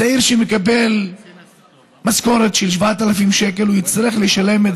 צעיר שמקבל משכורת של 7,000 שקל יצטרך לשלם את